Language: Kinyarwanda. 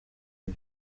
ibi